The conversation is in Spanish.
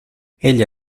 ella